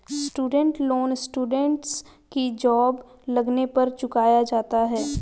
student loan students की job लगने पर चुकाया जाता है